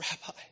Rabbi